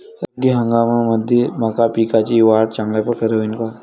रब्बी हंगामामंदी मका पिकाची वाढ चांगल्या परकारे होईन का?